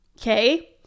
okay